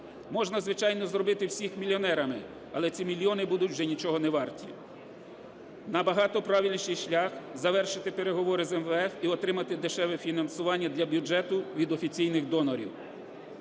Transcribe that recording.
Можна, звичайно, зробити всіх мільйонерами, але ці мільйони будуть вже нічого не варті. Набагато правильніший шлях - завершити переговори з МВФ і отримати дешеве фінансування для бюджету від офіційних донорів.